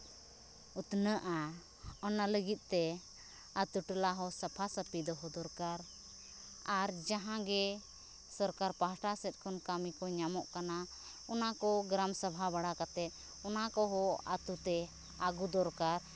ᱩᱛᱱᱟᱹᱜᱼᱟ ᱚᱱᱟ ᱞᱟᱹᱜᱤᱫ ᱛᱮ ᱟᱛᱳ ᱴᱚᱞᱟ ᱦᱚᱸ ᱥᱟᱯᱷᱟᱼᱥᱟᱹᱯᱷᱤ ᱫᱚᱦᱚ ᱫᱚᱨᱠᱟᱨ ᱟᱨ ᱡᱟᱦᱟᱸ ᱜᱮ ᱥᱚᱨᱠᱟᱨ ᱯᱟᱥᱴᱟ ᱥᱮᱫ ᱠᱷᱚᱱ ᱠᱟᱹᱢᱤ ᱠᱚ ᱧᱟᱢᱚᱜ ᱠᱟᱱᱟ ᱚᱱᱟ ᱠᱚ ᱜᱨᱟᱢ ᱥᱚᱵᱷᱟ ᱵᱟᱲᱟ ᱠᱟᱛᱮᱫ ᱚᱱᱟ ᱠᱚᱦᱚᱸ ᱟᱛᱳ ᱛᱮ ᱟᱹᱜᱩ ᱫᱚᱨᱠᱟᱨ